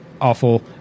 awful